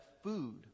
food